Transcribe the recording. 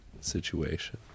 situation